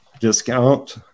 discount